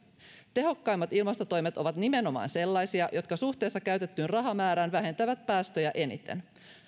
tehokkaimmat ilmastotoimet ovat nimenomaan sellaisia jotka suhteessa käytettyyn rahamäärään vähentävät päästöjä eniten